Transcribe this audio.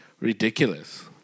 ridiculous